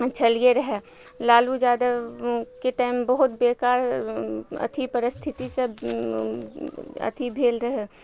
छलियै रहय लालू यादवके टाइम बहुत बेकार अथी परिस्थितिसँ अथी भेल रहय